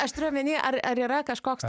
aš turiu omeny ar ar yra kažkoks